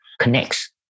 connects